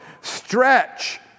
stretch